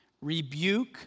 rebuke